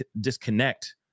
disconnect